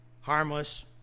harmless